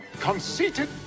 conceited